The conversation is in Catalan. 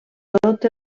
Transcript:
tot